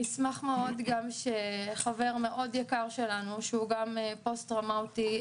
אני אשמח מאוד גם שחבר מאוד יקר שלנו שהוא גם פוסט טראומטי,